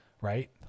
right